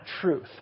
truth